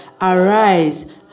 Arise